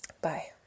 Bye